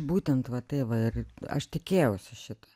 būtent va tai va ir aš tikėjausi šito